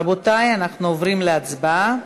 רבותי, אנחנו עוברים להצבעה.